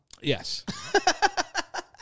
Yes